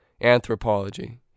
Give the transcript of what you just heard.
Anthropology